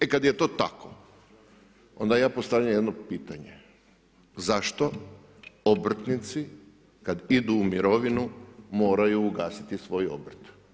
E kad je to tako, onda ja postavljam jedno pitanje zašto obrtnici kad idu u mirovinu moraju ugasiti svoj obrt?